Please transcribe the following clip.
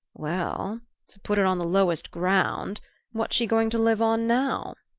well to put it on the lowest ground what's she going to live on now?